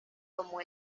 como